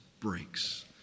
breaks